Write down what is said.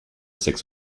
six